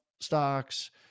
stocks